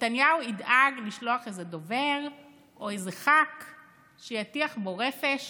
נתניהו ידאג לשלוח איזה דובר או איזה חבר כנסת שיטיח בו רפש